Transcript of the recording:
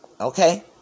okay